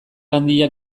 handiak